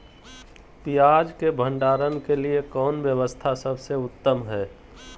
पियाज़ के भंडारण के लिए कौन व्यवस्था सबसे उत्तम है?